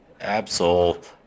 Absol